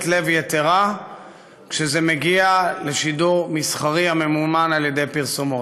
לב יתרה כשזה מגיע לשידור מסחרי הממומן על-ידי פרסומות.